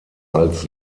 als